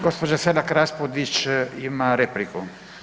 gđa. Selak Raspudić ima repliku.